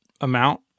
amount